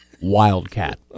Wildcat